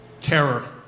terror